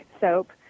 soap